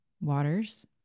waters